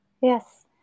Yes